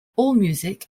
allmusic